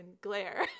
glare